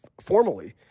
formally